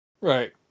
Right